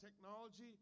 technology